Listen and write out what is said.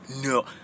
No